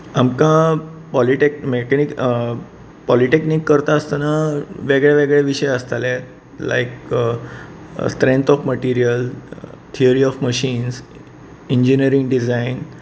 आमकां polytechnic mechanic polytechnic करता आसतना वेगळे वेगळे विशय आसताले like strength of material theory of machines engineering design